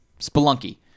spelunky